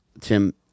Tim